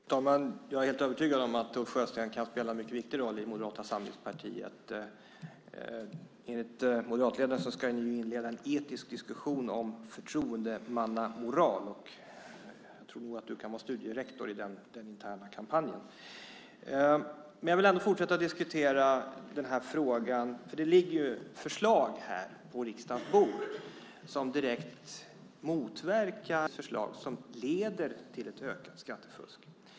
Fru talman! Jag är helt övertygad om att Ulf Sjösten kan spela en mycket viktig roll i Moderata samlingspartiet. Enligt moderatledaren ska ni ju inleda en etisk diskussion om förtroendemannamoral. Jag tror nog att du kan vara studierektor i den interna kampanjen. Jag vill ändå fortsätta att diskutera den här frågan. Det ligger förslag på riksdagens bord som direkt motverkar ett ökat skattefusk och det finns förslag som leder till ett ökat skattefusk.